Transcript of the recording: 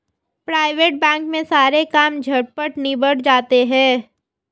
private bank में सारे काम झटपट निबट जाते हैं